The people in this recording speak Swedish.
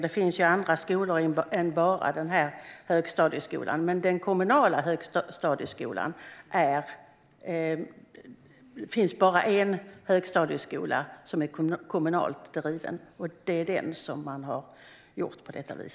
Det finns ju andra skolor än bara den här högstadieskolan, men det finns bara en högstadieskola som är kommunalt driven, och det är med den som man har gjort på detta vis.